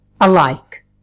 alike